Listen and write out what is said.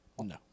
No